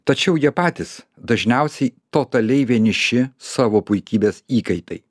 tačiau jie patys dažniausiai totaliai vieniši savo puikybės įkaitai